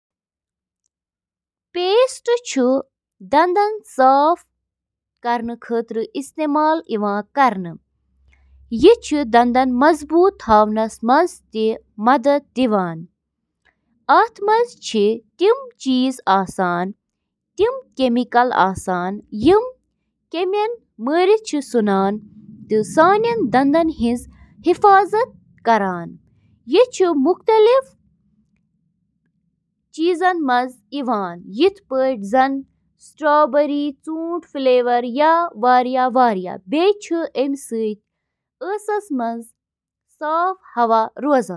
Oven چھِ اکھ بند جاے یۄس گرم ماحولس سۭتۍ انٛدۍ پٔکۍ کھٮ۪ن رننہٕ خٲطرٕ گرمی ہُنٛد استعمال چھِ کران۔ اوون چُھ کھین پکنہٕ تہٕ نمی ہٹاونہٕ خٲطرٕ مُنٲسِب درجہ حرارت، نمی تہٕ گرمی ہُنٛد بہاؤ تہِ برقرار تھاوان۔